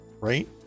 right